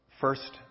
first